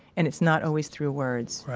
and it's not always through words.